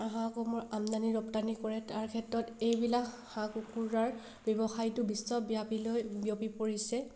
হাঁহ কুমৰ আমদানি ৰপ্তানি কৰে তাৰ ক্ষেত্ৰত এইবিলাক হাঁহ কুকুৰাৰ ব্যৱসায়টো বিশ্বব্যাপীলৈ বিয়পি পৰিছে